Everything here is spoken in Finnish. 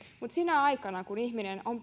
mutta sinä aikana kun ihminen on